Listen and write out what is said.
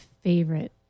favorite